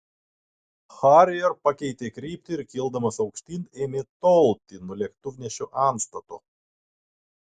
harrier pakeitė kryptį ir kildamas aukštyn ėmė tolti nuo lėktuvnešio antstato